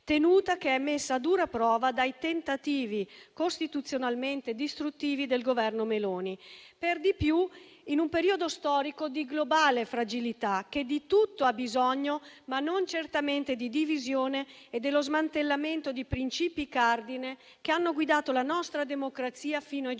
tenuta che è messa a dura prova dai tentativi costituzionalmente distruttivi del Governo Meloni, per di più in un periodo storico di globale fragilità che di tutto ha bisogno, ma non certamente di divisione e dello smantellamento di principi cardine che hanno guidato la nostra democrazia fino ai giorni